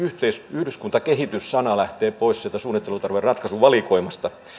yhdyskuntakehitys käsite lähtee pois sieltä suunnittelutarveratkaisun valikoimasta